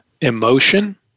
emotion